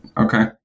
okay